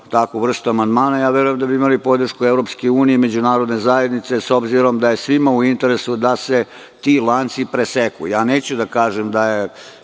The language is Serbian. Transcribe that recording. takvu vrstu amandmana, već verujem da bi imali podršku i EU i međunarodne zajednice, s obzirom da je svima u interesu da se ti lanci preseku. Neću da kažem da je